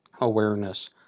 awareness